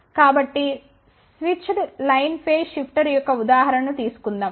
కాబట్టి switched line phase shifter యొక్క ఉదాహరణ ను తీసుకుందాం